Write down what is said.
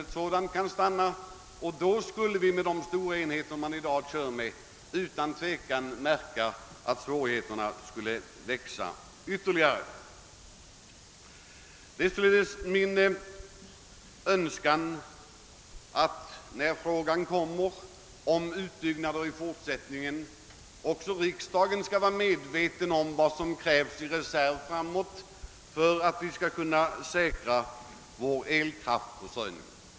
Då skulle svårigheterna, på grund av de stora enheter som i dag används, bli ännu större. När frågan om den fortsatta utbyggnaden av elkraftsproduktionen blir aktuell, är det min önskan att också riksdagen skall vara medveten om vad som krävs i fråga om reservkraft för att vi skall kunna säkerställa vår elkraftsförsörjning.